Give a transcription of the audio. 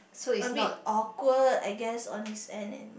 a bit awkward I guess on his end and